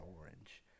orange